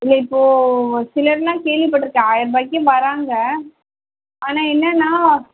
இல்லை இப்போது சிலரெலாம் கேள்விப்பட்டிருக்கேன் ஆயிரம் ரூபாய்க்கும் வராங்க ஆனால் என்னென்னால்